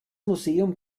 museum